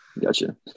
gotcha